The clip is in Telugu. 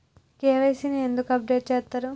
కే.వై.సీ ని ఎందుకు అప్డేట్ చేత్తరు?